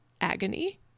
agony